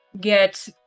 get